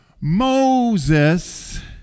Moses